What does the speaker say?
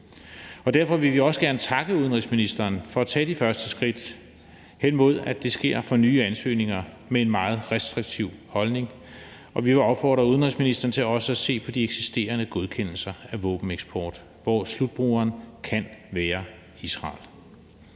Derfor vil vi også gerne takke udenrigsministeren for at tage de første skridt hen imod, at det sker for nye ansøgninger med en meget restriktiv holdning, og vi vil opfordre udenrigsministeren til også at se på de eksisterende godkendelser af våbeneksport, hvor slutbrugeren kan være Israel.